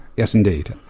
yes indeed.